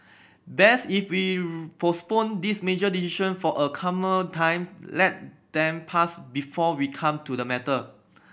best if you postponed this major decision for a calmer time let time pass before we come to the matter